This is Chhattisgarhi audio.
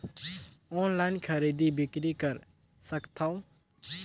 ऑनलाइन खरीदी बिक्री कर सकथव?